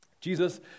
Jesus